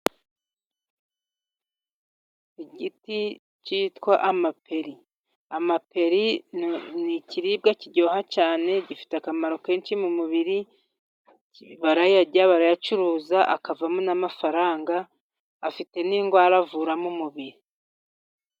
Igiti cyitwa amaperi, amaperi ni ikiribwa kiryoha cyane, gifite akamaro kenshi mu mubiri, barayarya, barayacuruza akavamo n'amafaranga, afite n'indwara avura mu mubiri.